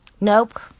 nope